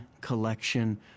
collection